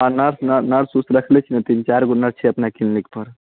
हँ nurse nurse ओर्स रखले छी तीन चारिगो नर्स छै अपना क्लिनिक पर